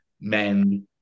men